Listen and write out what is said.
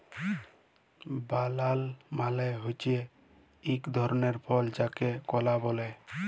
বালালা মালে হছে ইক ধরলের ফল যাকে কলা ব্যলে